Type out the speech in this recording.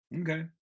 okay